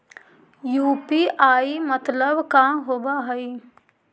UPI मतलब का होब हइ?